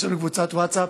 יש לנו קבוצת ווטסאפ,